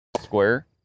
square